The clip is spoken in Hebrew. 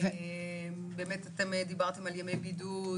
באמת אתם דיברתם על ימי בידוד,